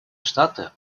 штаты